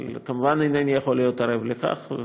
אבל כמובן אינני יכול להיות ערב לכך,